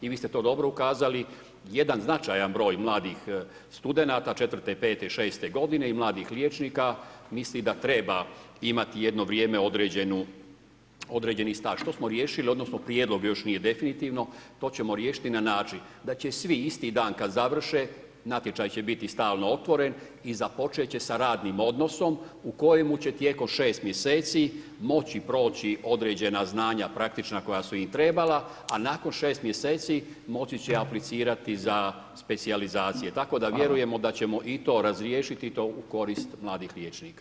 I vi ste to dobro ukazali, jedan značajan broj mladih studenata, 4. i 5., 6. godine i mladih liječnika, misli da treba imati jedno vrijeme određeni staž, to smo riješili odnosno prijedlog još nije definitivno, to ćemo riješiti na način da će svi isti dan kad završe, natječaj će biti stalno otvoren i započet će sa radnim odnosom u kojem će tijekom 6 mj. moći proći određena znanja praktična koja su im trebala a nakon 6 mj. moći će aplicirati za specijalizacije tako da vjerujemo da ćemo i to razriješiti i to u korist mladih liječnika.